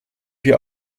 wir